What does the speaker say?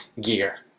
gear